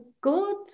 good